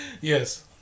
Yes